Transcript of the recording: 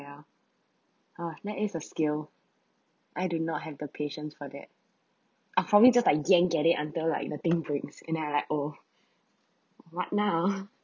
ya uh that is a skill I do not have the patience for that ah for me just like I can't get it until like the thing breaks and then I like oh what now